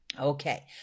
Okay